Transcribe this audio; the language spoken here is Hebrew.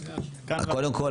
קודם כל,